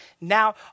Now